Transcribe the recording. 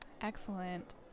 excellent